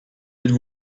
êtes